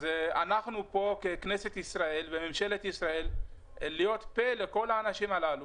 אז אנחנו פה בכנסת ישראל וממשלת ישראל יכולים להיות פה לכל האנשים הללו